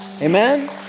Amen